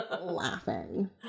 laughing